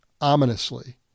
Ominously